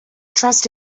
trust